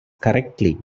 correctly